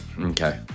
Okay